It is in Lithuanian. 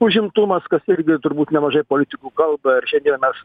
užimtumas kas irgi turbūt nemažai politikų kalba ir šiandien mes